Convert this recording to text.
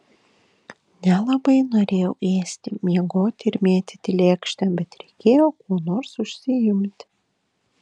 nelabai norėjau ėsti miegoti ir mėtyti lėkštę bet reikėjo kuo nors užsiimti